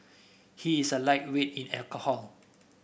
he is a lightweight in alcohol